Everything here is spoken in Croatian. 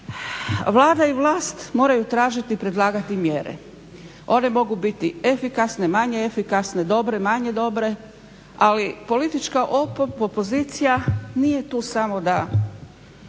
Vlada i vlast moraju tražiti i predlagati mjere. One mogu biti efikasne, manje efikasne, dobre, manje dobre, ali politička opozicija nije tu samo da